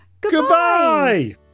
goodbye